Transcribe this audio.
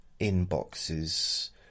inboxes